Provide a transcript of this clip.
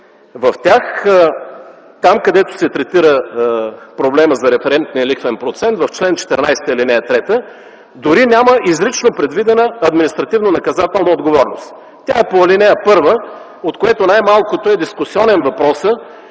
В тях там, където се третира проблемът за референтния лихвен процент - в чл. 14, ал. 3, дори няма изрично предвидена административнонаказателна отговорност. Тя е по ал. 1, от което най-малкото е дискусионен въпросът